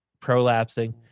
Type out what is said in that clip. prolapsing